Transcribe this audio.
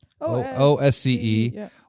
OSCE